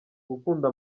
gukunda